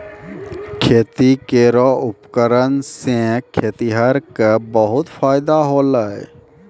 खेती केरो उपकरण सें खेतिहर क बहुत फायदा होलय